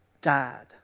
died